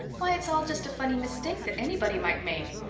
why, it's all just a funny mistake that anybody might make.